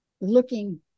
looking